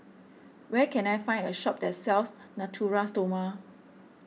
where can I find a shop that sells Natura Stoma